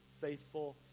faithful